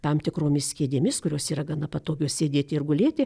tam tikromis kėdėmis kurios yra gana patogios sėdėti ir gulėti